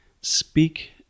speak